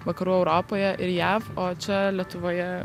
vakarų europoje ir jav o čia lietuvoje